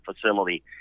facility